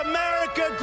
America